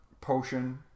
potion